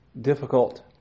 difficult